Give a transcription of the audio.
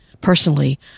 Personally